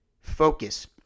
focus